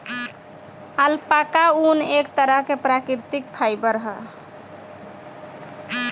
alpaca ऊन, एक तरह के प्राकृतिक फाइबर ह